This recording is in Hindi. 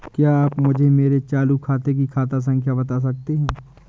क्या आप मुझे मेरे चालू खाते की खाता संख्या बता सकते हैं?